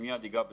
אני אגע בזה.